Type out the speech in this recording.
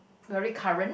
very current